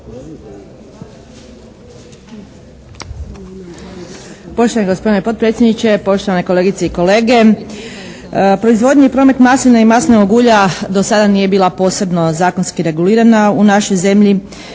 Poštovani gospodine potpredsjedniče, poštovane kolegice i kolege. Proizvodnji i promet maslina i maslinovog ulja do sada nije bila posebno zakonski regulirana u našoj zemlji